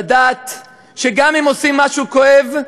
לדעת שגם אם עושים משהו כואב,